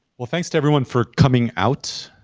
well, thanks to everyone for coming out,